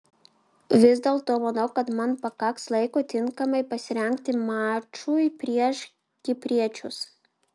vis dėlto manau kad man pakaks laiko tinkamai pasirengti mačui prieš kipriečius